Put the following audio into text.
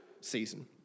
season